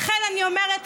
לכן אני אומרת,